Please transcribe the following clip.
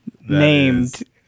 named